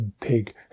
pig